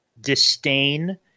disdain